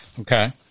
Okay